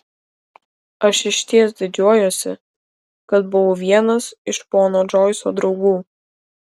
aš išties didžiuojuosi kad buvau vienas iš pono džoiso draugų